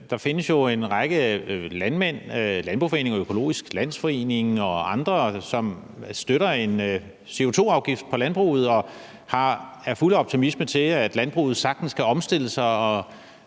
Der findes jo en række landmænd, landboforeninger, Økologisk Landsforening og andre, som støtter en CO2-afgift på landbruget og er fulde af optimisme, med hensyn til at landbruget sagtens kan omstille sig,